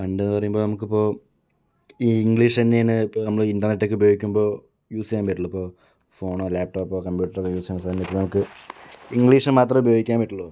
പണ്ട് എന്ന് പറയുമ്പോൾ നമുക്കിപ്പോൾ ഈ ഇംഗ്ലീഷ് തന്നെയാണ് ഇപ്പോൾ നമ്മൾ ഇൻറ്റർനെറ്റൊക്കെ ഉപയോഗിക്കുമ്പോൾ യൂസ് ചെയ്യാൻ പറ്റുകയുള്ളൂ ഇപ്പോൾ ഫോണോ ലാപ് ടോപ്പോ കമ്പ്യൂട്ടറെല്ലാം യൂസ് ചെയ്യുന്ന സമയത്ത് നമുക്ക് ഇംഗ്ലീഷ് മാത്രമേ ഉപയോഗിക്കാൻ പറ്റുകയുള്ളൂ അപ്പോൾ